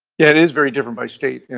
yeah it is very different by state.